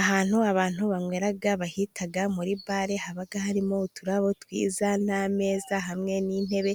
Ahantu abantu banywera bahita muri bare, habaga harimo uturabo twiza n'ameza hamwe n'intebe,